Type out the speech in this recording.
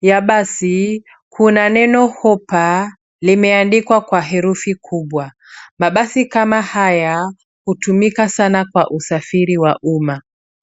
ya basi, kuna neno hupa limeandikwa kwa herufi kubwa. Mabasi kama haya hutumika sana kwa usafiri wa umma.